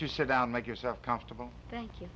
you sit down make yourself comfortable thank you